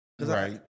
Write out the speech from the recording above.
Right